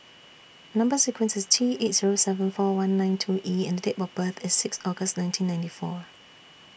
Number sequence IS T eight Zero seven four one nine two E and Date of birth IS six August nineteen ninety four